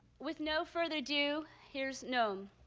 with no further ado, here's noam.